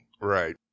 Right